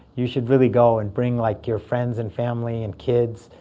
you should really go and bring like your friends and family and kids.